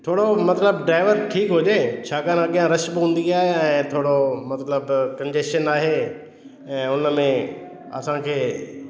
थोरो मतिलबु ड्राइवर ठीकु हुजे छाकाणि अॻियां रश बि हूंदी आहे ऐं थोरो मतिलबु कंजेशन आहे ऐं उन में असांखे